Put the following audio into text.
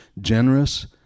generous